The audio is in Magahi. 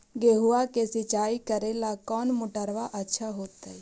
गेहुआ के सिंचाई करेला कौन मोटरबा अच्छा होतई?